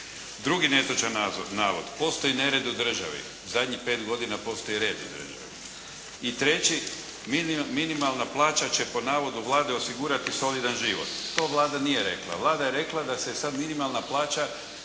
Drugi netočan navod, postoji nered u državi. Zadnjih pet godina postoji red u državi. I treći, minimalna plaća će po navodu Vlade osigurati solidan život. To Vlada nije rekla. Vlada je rekla da se sad minimalna plaća